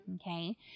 Okay